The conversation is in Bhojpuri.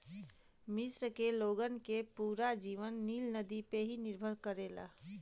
मिस्र के लोगन के पूरा जीवन नील नदी पे ही निर्भर करेला